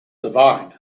divine